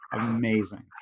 amazing